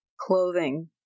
clothing